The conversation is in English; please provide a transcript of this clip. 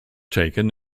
taken